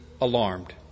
alarmed